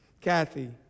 Kathy